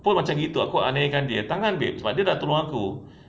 pun macam gitu aku aniakan dia takkan babe sebab dia dah tolong aku